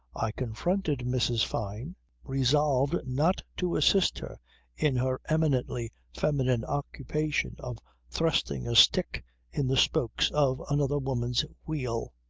i confronted mrs. fyne resolved not to assist her in her eminently feminine occupation of thrusting a stick in the spokes of another woman's wheel.